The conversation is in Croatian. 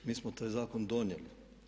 Mi smo taj zakon donijeli.